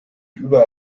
über